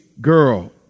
girl